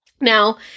Now